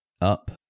up